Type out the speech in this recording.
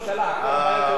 פעם הבאה, פעם הבאה.